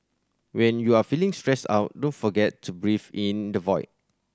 when you are feeling stressed out don't forget to breathe in the void